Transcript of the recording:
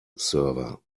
server